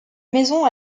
maison